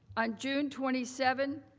on june twenty seven,